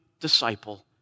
disciple